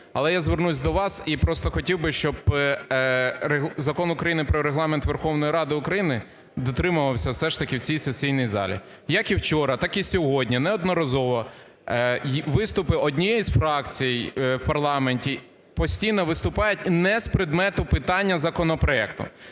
Але я звернусь до вас, і просто хотів би, щоб Закон України "Про Регламент Верховної Ради України" дотримувався все ж таки в цій сесійній залі. Як і вчора, так і сьогодні неодноразово виступи однієї із фракцій у парламенті постійно виступають не з предмету питання законопроекту.